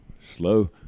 Slow